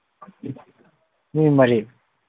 ꯃꯤ ꯃꯔꯤ